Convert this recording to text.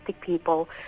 people